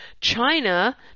China